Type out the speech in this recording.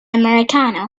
americano